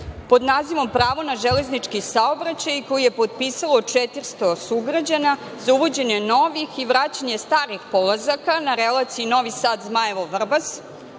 pod nazivom „Pravo na železnički saobraćaj“ koju je potpisalo 400 sugrađana za uvođenje novih i vraćanje starih polazaka na relaciji Novi Sad-Zmajevo-Vrbas